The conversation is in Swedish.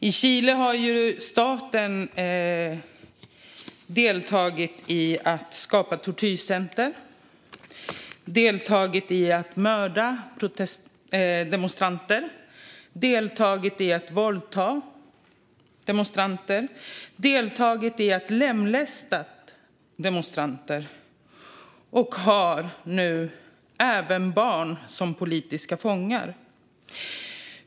I Chile har staten deltagit i att skapa tortyrcenter och att mörda, våldta och lemlästa demonstranter. Man har nu dessutom barn som politiska fångar.